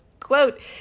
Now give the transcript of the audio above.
Quote